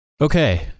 Okay